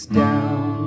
down